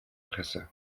presse